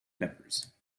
peppers